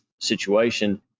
situation